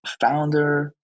founder